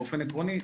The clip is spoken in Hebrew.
באופן עקרוני,